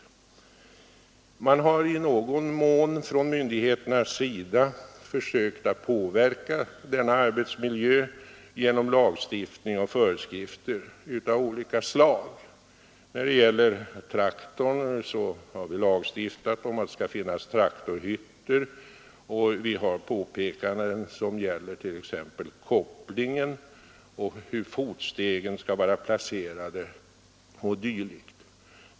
Myndigheterna har i någon mån försökt påverka denna arbetsmiljö genom lagstiftning och föreskrifter. När det gäller traktorerna har vi lagstiftat om att det skall finnas hytter. Det finns påpekanden som gäller t.ex. kopplingen, hur fotsteget skall vara placerat o.d.